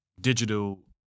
digital